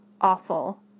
awful